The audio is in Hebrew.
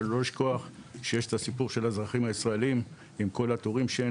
אל תשכחו שיש את הסיפור של האזרחים הישראלים עם כל התורים שאין